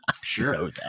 Sure